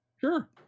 Sure